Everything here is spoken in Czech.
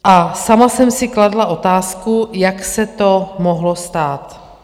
A sama jsem si kladla otázku, jak se to mohlo stát?